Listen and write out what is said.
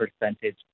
percentage